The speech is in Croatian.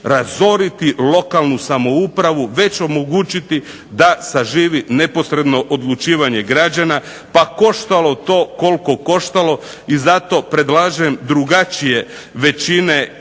razoriti lokalnu samoupravu već omogućiti da zaživi neposredno odlučivanje građana pa koštalo to koliko koštalo i zato predlažem drugačije većine